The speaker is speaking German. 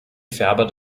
ferber